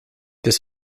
this